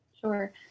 Sure